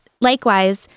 likewise